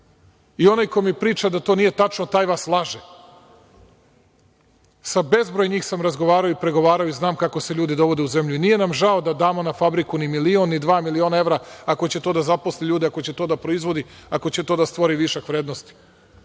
koji mi priča da to nije tačno, taj vas laže. Sa bezbroj njih sam razgovarao i pregovarao i znam kako se ljudi dovode u zemlju. Nije nam žao da damo na fabriku ni milion, ni dva miliona evra ako će to da zaposli ljude, ako će to da proizvodi, ako će to da stvori višak vrednosti.